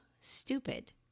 stupid